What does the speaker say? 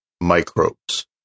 microbes